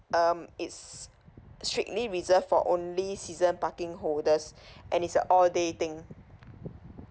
um it's strictly reserved for only season parking holders and it's a all day thing